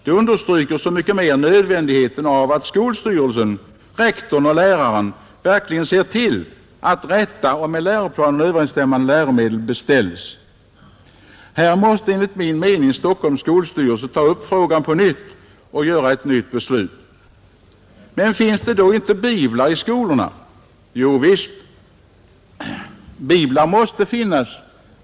Det understryker så mycket mer nödvändigheten av att skolstyrelse, rektor och lärare verkligen ser till att de rätta och med läroplanen överensstämmande läromedlen beställs. Här måste enligt min mening Stockholms skolstyrelse ta upp frågen igen och fatta ett nytt beslut. Men finns det då inte biblar i skolorna? Jovisst. Biblar måste finnas.